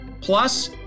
Plus